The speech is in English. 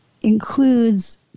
includes